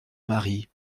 mari